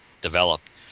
developed